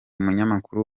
umunyamakuru